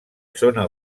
zona